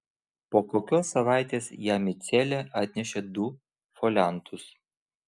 po kokios savaitės jam į celę atnešė du foliantus